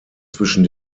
zwischen